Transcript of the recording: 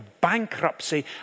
bankruptcy